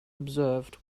observed